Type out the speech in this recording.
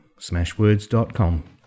Smashwords.com